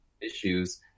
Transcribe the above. issues